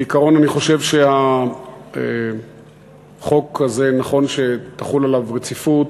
בעיקרון אני חושב שהחוק הזה נכון שתחול עליו רציפות,